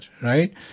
right